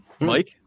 Mike